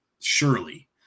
surely